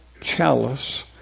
chalice